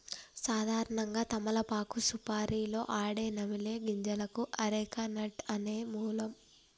సాధారణంగా తమలపాకు సుపారీలో ఆడే నమిలే గింజలకు అరెక నట్ అనేది మూలం